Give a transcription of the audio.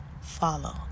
follow